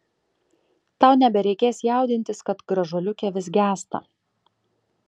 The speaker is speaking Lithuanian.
tau nebereikės jaudintis kad gražuoliuke vis gęsta